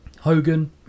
Hogan